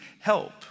help